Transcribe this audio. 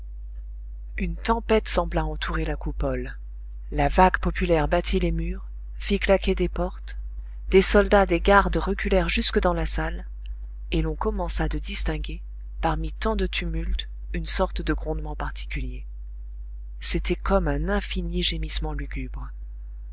une tempête sembla entourer la coupole la vague populaire battit les murs fit claquer des portes des soldats des gardes reculèrent jusque dans la salle et l'on commença de distinguer parmi tant de tumulte une sorte de grondement particulier c'était comme un infini gémissement lugubre